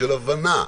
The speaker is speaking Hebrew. של הבנה.